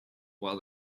while